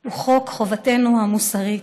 הוא חובתנו המוסרית.